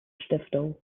stiftung